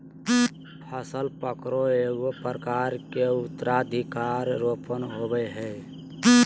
फसल पकरो एगो प्रकार के उत्तराधिकार रोपण होबय हइ